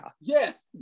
Yes